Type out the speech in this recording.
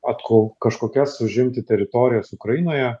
atko kažkokias užimti teritorijas ukrainoje